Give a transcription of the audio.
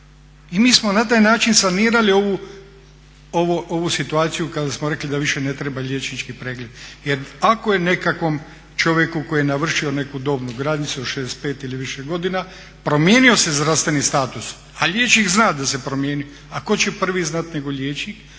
I mi smo na taj način sanirali ovu situaciju kada smo rekli da više ne treba liječnički pregled, jer ako je nekakvom čovjeku koji je navršio neku dobnu granicu od 65 ili više godina, promijenio se zdravstveni status, a liječnik zna da se promijenio. A tko će prvi znat nego liječnik?